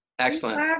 Excellent